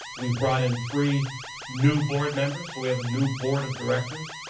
we've brought in three new board members. we have a new board of directors.